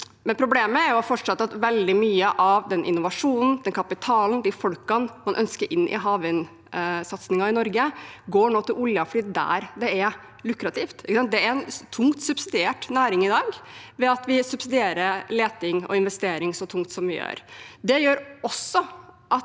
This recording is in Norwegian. mye av den innovasjonen, den kapitalen, de folkene man ønsker inn i havvindsatsingen i Norge, nå går til oljeaktivitet fordi det er der det er lukrativt. Det er en tungt subsidiert næring i dag ved at vi subsidierer leting og investering så tungt som vi gjør.